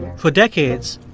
for decades,